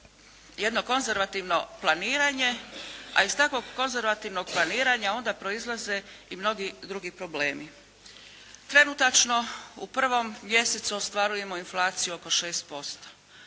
jedno konzervativno planiranje, a iz takvog konzervativnog planiranja onda proizlaze i mnogi drugi problemi. Trenutačno u prvom mjesecu ostvarujemo inflaciju oko 6%.